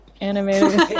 animated